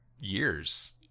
years